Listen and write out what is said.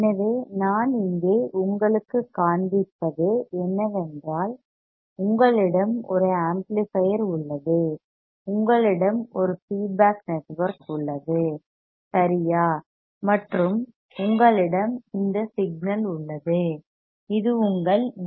எனவே நான் இங்கே உங்களுக்குக் காண்பிப்பது என்னவென்றால் உங்களிடம் ஒரு ஆம்ப்ளிபையர் உள்ளது உங்களிடம் ஒரு ஃபீட்பேக் நெட்வொர்க் உள்ளது சரியா மற்றும் உங்களிடம் இந்த சிக்னல் உள்ளது இது உங்கள் வி